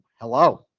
Hello